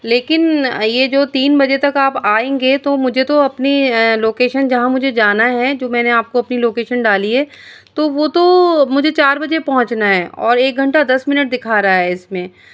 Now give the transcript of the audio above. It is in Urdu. لیکن یہ جو تین بجے تک آپ آئیں گے تو مجھے تو اپنی لوکیشن جہاں مجھے جانا ہے جو میں نے آپ کو اپنی لوکیشن ڈالی ہے تو وہ تو مجھے چار بجے پہنچنا ہے اور ایک گھنٹہ دس منٹ دکھا رہا ہے اس میں